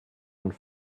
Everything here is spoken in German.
und